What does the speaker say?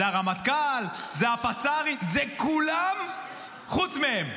זה הרמטכ"ל, זה הפצ"רית, זה כולם חוץ מהם.